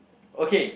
okay